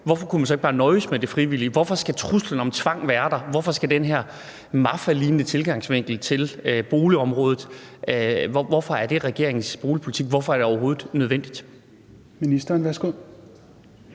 hvorfor kunne man så ikke bare nøjes med det frivillige? Hvorfor skal truslen om tvang være der? Hvorfor skal der være den her mafialignende tilgang til boligområdet? Hvorfor er det regeringens boligpolitik? Hvorfor er det overhovedet nødvendigt? Kl. 16:47 Tredje